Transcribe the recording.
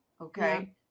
Okay